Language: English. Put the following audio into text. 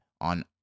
on